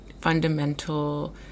fundamental